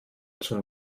zum